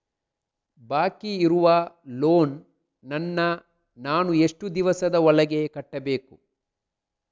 ಬಾಕಿ ಇರುವ ಲೋನ್ ನನ್ನ ನಾನು ಎಷ್ಟು ದಿವಸದ ಒಳಗೆ ಕಟ್ಟಬೇಕು?